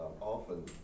often